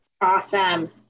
Awesome